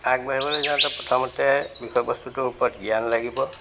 আগবাঢ়িবলৈ যাওতে প্ৰথমতে বিষয়বস্তুটোৰ ওপৰত জ্ঞান লাগিব